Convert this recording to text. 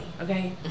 okay